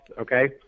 okay